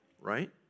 right